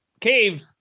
cave